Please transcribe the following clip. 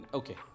okay